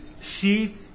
see